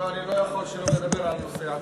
לא, אני לא יכול שלא לדבר על הנושא עצמו.